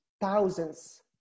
thousands